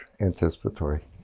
anticipatory